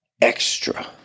extra